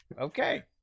Okay